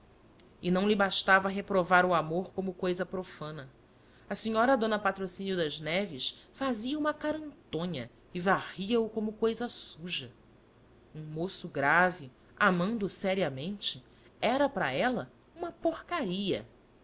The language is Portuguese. e não lhe bastava reprovar o amor como cousa profana a senhora d patrocínio das neves fazia uma carantonha e varria o como cousa suja um moço grave amando seriamente era para ela uma porcaria